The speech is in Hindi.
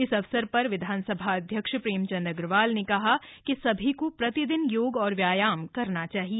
इस अवसर पर विधानसभा अध्यक्ष प्रेमचंद अग्रवाल ने कहा कि सभी को प्रतिदिन योग और व्यायाम करना चाहिए